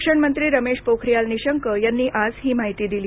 शिक्षण मंत्री रमेश पोखरियाल निशंक यांनी आज ही माहिती दिली